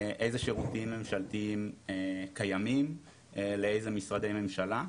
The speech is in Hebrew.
איזה שירותים ממשלתיים קיימים לאיזה משרדי ממשלה.